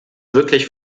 wirklich